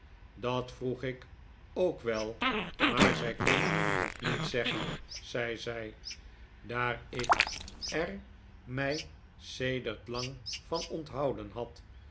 dat vroeg ik ook wel maar zij kon het niet zeggen zei zij daar ik er mij sedert lang van onthouden had